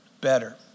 better